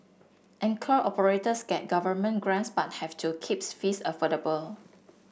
anchor operators get government grants but have to keep fees affordable